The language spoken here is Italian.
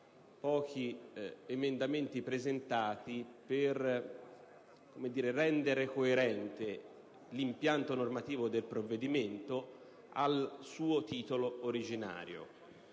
pochi emendamenti presentati, per rendere coerente l'impianto normativo del provvedimento al suo titolo originario.